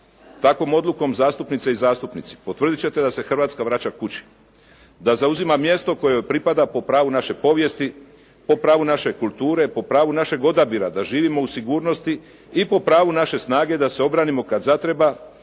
Takvom odlukom zastupnice i zastupnici potvrdit ćete da se Hrvatska vraća kući, da zauzima mjesto koje joj pripada po pravu naše povijesti, po pravu naše kulture, po pravu našeg odabira da živimo u sigurnosti i po pravu naše snage da se obranimo kad zatreba